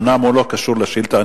אומנם הוא לא קשור לשאילתא,